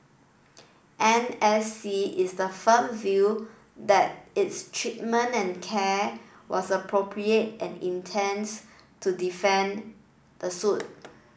N S C is the firm view that its treatment and care was appropriate and intends to defend the suit